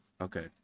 Okay